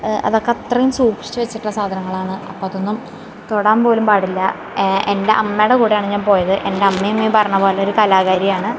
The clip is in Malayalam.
അതൊക്കെ അത്രയും സൂക്ഷിച്ച് വെച്ചിട്ടുള്ള സാധങ്ങളാണ് അപ്പം അതൊന്നും തൊടാൻ പോലും പാടില്ല എൻ്റ അമ്മയുടെ കൂടെയാണ് ഞാൻ പോയത് എൻ്റ അമ്മയും ഈ പറഞ്ഞത് പോലെ ഒരു കലാകാരിയാണ്